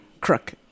crook